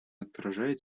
отражает